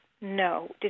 No